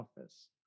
office